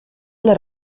una